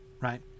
right